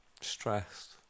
stressed